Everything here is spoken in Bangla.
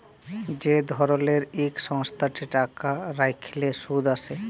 যে ধরলের ইক সংস্থাতে টাকা রাইখলে সুদ আসে